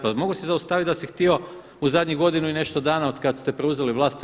Pa mogao si zaustaviti da si htio u zadnjih godinu i nešto dana od kad ste preuzeli vlast u RH.